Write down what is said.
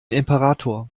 imperator